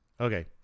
Okay